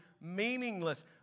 meaningless